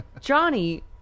Johnny